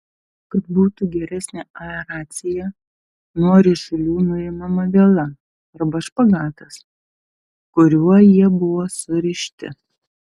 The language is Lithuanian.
kad būtų geresnė aeracija nuo ryšulių nuimama viela arba špagatas kuriuo jie buvo surišti